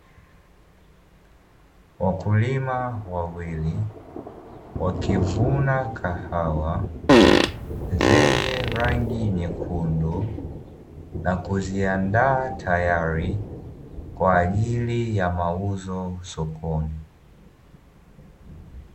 Wakulima wawili wakivuna kahawa zenye rangi nyekundu na kuziandaa tayari kwa ajili ya mauzo sokoni.